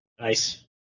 Nice